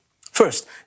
First